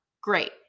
Great